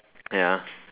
ya